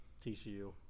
TCU